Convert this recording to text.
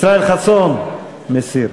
ישראל חסון מסיר.